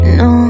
no